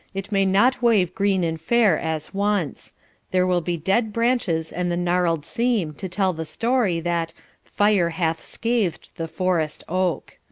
it may not wave green and fair as once there will be dead branches and the gnarled seam to tell the story that fire hath scathed the forest oak.